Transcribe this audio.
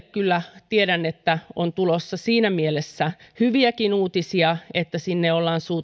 kyllä tiedän että sinne on tulossa siinä mielessä hyviäkin uutisia että sinne ollaan